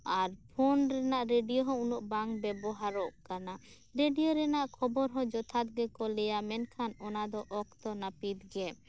phone ᱨᱮᱱᱟᱜ radio ᱦᱚᱸ ᱩᱱᱟᱹᱜ ᱵᱟᱝ ᱵᱮᱵᱚᱦᱟᱨᱚᱜ ᱠᱟᱱᱟ ᱨᱮᱰᱤᱭᱳ ᱨᱮᱱᱟᱜ ᱠᱷᱚᱵᱚᱨ ᱦᱚᱸ ᱡᱚᱛᱷᱟᱛ ᱜᱮᱠᱚ ᱞᱟᱹᱭᱟ ᱢᱮᱱᱠᱷᱟᱱ ᱚᱱᱟ ᱫᱮ ᱚᱠᱛᱚ ᱱᱟᱹᱯᱤᱛ ᱜᱮ